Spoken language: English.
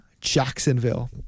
Jacksonville